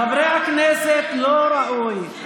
חברי הכנסת, לא ראוי.